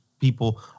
people